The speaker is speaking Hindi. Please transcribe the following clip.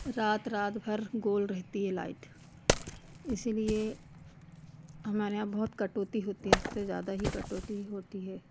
रात रात भर गोल रहती है लाइट इसीलिए हमारे यहाँ बहुत कटौती होती है हद से ज़्यादा ही कटौती होती है